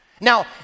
now